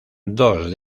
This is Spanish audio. dos